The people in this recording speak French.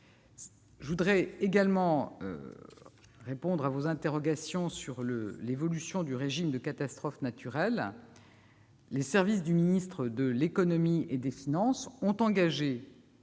Je tiens également à répondre à vos interrogations sur l'évolution du régime de catastrophe naturelle. Les services du ministre de l'économie et des finances ont engagé